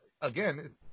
again